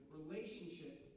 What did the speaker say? relationship